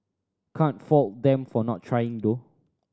can't fault them for not trying though